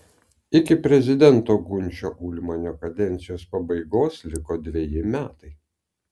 iki prezidento gunčio ulmanio kadencijos pabaigos liko dveji metai